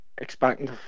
Expecting